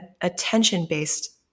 attention-based